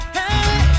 Hey